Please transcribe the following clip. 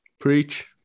Preach